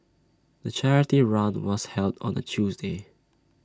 the charity run was held on A Tuesday